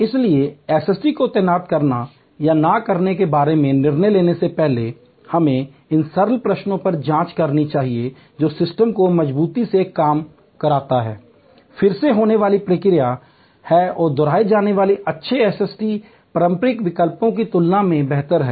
इसलिए एसएसटी को तैनात करने या न करने के बारे में निर्णय लेने से पहले हमें इन सरल प्रश्नों पर जांच करनी चाहिए जो सिस्टम को मज़बूती से काम करता है फिर से होने वाली प्रतिक्रिया है और दोहराए जाने वाले अच्छे एसएसटी पारस्परिक विकल्पों की तुलना में बेहतर है